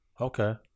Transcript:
Okay